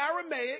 Aramaic